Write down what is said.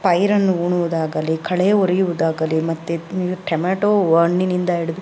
ಪೈರನ್ನು ಉಳುವುದಾಗಲಿ ಕಳೆ ಒರೆಯುವುದಾಗಲಿ ಮತ್ತು ಒಂದು ಟ್ಯಮ್ಯಾಟೊ ಹಣ್ಣಿನಿಂದ ಹಿಡ್ದು